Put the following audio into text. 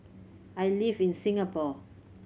I live in Singapore